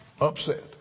Upset